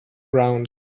ground